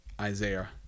Isaiah